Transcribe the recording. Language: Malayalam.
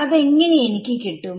അതെങ്ങനെ എനിക്ക് കിട്ടും